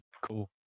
Cool